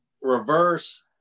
reverse